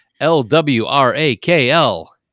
L-W-R-A-K-L